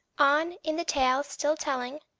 on in the tale still telling,